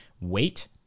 wait